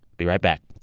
be right back